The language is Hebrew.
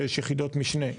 כשיש יחידות משנה,